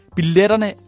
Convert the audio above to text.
billetterne